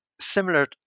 similar